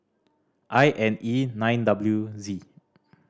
I N E nine W Z